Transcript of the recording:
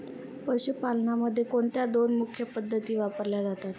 पशुपालनामध्ये कोणत्या दोन मुख्य पद्धती वापरल्या जातात?